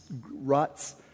ruts